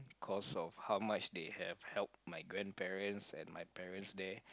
cause of how much they have helped my grandparents and my parents there